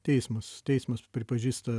teismas teismas pripažįsta